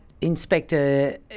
inspector